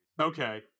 Okay